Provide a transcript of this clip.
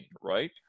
right